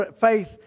faith